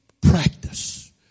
practice